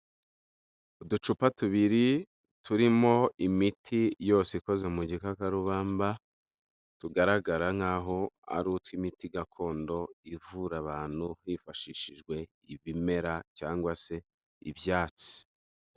Uducupa tubiri turimo imiti yose ikoze mu gikarubamba, tugaragara nkaho ari utw'imiti gakondo ivura abantu hifashishijwe ibimera cyangwa se ibyatsi.